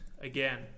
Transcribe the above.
again